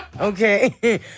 okay